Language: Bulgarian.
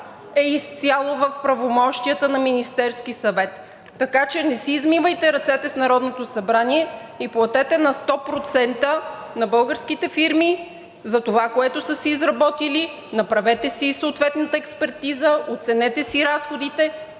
е изцяло в правомощията на Министерския съвет. Така че, не си измивайте ръцете с Народното събрание и платете на сто процента на българските фирми за това, което са си изработили. Направете си и съответната експертиза, оценете си разходите.